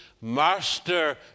master